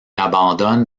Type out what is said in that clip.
abandonne